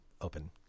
open